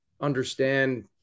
understand